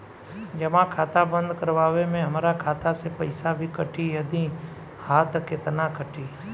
जमा खाता बंद करवावे मे हमरा खाता से पईसा भी कटी यदि हा त केतना कटी?